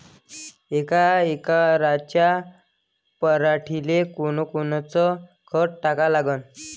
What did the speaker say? यका एकराच्या पराटीले कोनकोनचं खत टाका लागन?